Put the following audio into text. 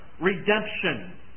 redemption